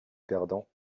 perdants